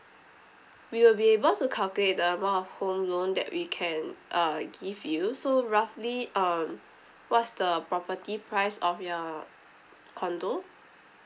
we will be able to calculate the amount of home loan that we can uh give you so roughly um what's the property price of your condo